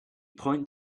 point